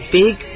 big